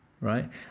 Right